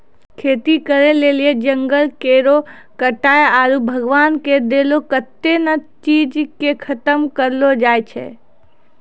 खेती करै लेली जंगल केरो कटाय आरू भगवान के देलो कत्तै ने चीज के खतम करलो जाय छै